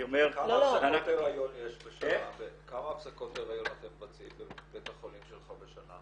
אני אומר -- כמה הפסקות הריון אתם מבצעים בבית החולים שלך בשנה?